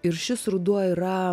ir šis ruduo yra